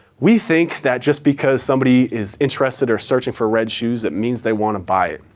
we think that just because somebody is interested or searching for red shoes that means they want to buy it.